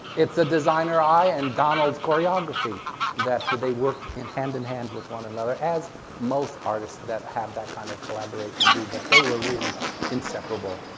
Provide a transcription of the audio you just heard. it's a designer eye and donald's choreography that that they worked in hand-in-hand with one another as most artists that had that kind of collaboration do but they were really inseparable.